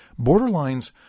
borderlines